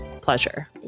pleasure